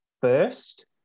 first